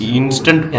instant